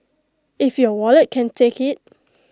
if your wallet can take IT